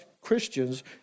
Christians